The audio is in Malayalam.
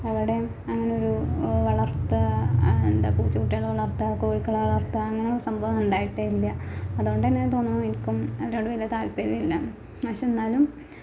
അവിടെ അങ്ങനൊരു വളര്ത്ത് എന്താ പൂച്ചകുട്ടികളെ വളർത്തുക കോഴികളെ വളർത്തുക അങ്ങനൊരു സംഭവവുണ്ടായിട്ടേയില്ല അതുകൊണ്ട് തന്നെ ആണെന്ന് തോന്നുന്നു എനിക്കും അതിനോട് വലിയ താല്പര്യവില്ല പക്ഷെ എന്നാലും